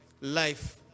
life